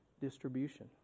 distribution